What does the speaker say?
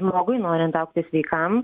žmogui norint augti sveikam